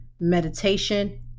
meditation